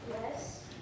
Yes